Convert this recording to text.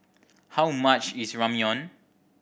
how much is Ramyeon